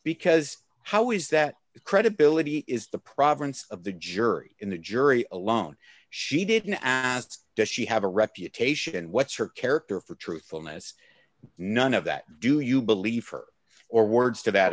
because how is that credibility is the province of the jury in the jury alone she didn't asked does she have a reputation and what's her character for truthfulness none of that do you believe her or words to that